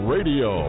Radio